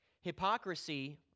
Hypocrisy